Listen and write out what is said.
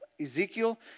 Ezekiel